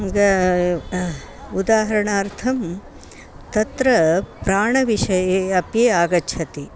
उदाहरणार्थं तत्र प्राणविषये अपि आगच्छति